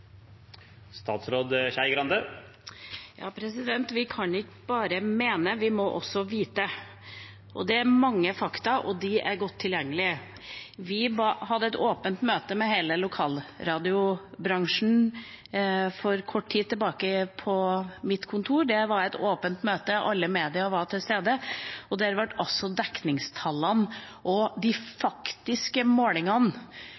mange fakta, og de er godt tilgjengelige. For kort tid tilbake hadde vi et åpent møte med hele lokalradiobransjen på mitt kontor. Det var et åpent møte. Alle medier var til stede. Der ble også dekningstallene og de